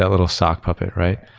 ah little sock puppet, right?